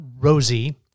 Rosie